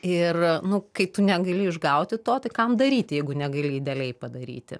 ir nu kai tu negali išgauti to tai kam daryt jeigu negali idealiai padaryti